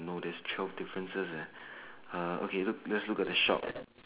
no there's twelve differences leh uh okay look let's look at the shop